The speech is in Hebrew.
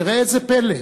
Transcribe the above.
וראה זה פלא,